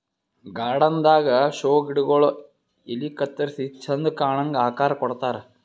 garden ದಾಗಾ show ಗಿಡಗೊಳ್ ಎಲಿ ಕತ್ತರಿಸಿ ಚಂದ್ ಕಾಣಂಗ್ ಆಕಾರ್ ಕೊಡ್ತಾರ್